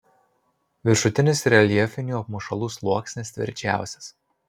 viršutinis reljefinių apmušalų sluoksnis tvirčiausias